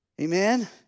Amen